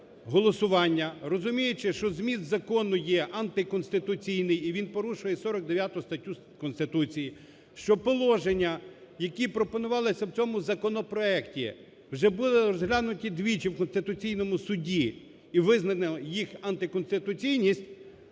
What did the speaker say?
голосування, розуміючи, що зміст закону є антиконституційний і він порушує 49 статтю Конституції, що положення, які пропонувалися в цьому законопроекті, вже були розглянуті двічі в Конституційному Суді і визнана їх антиконституційність,